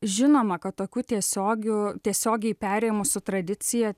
žinoma kad tokių tiesiogių tiesiogiai perėmusių tradiciją